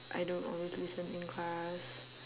I don't always listen in class